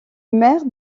maire